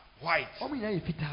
white